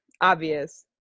obvious